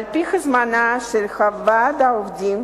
על-פי הזמנה של ועד העובדים,